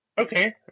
okay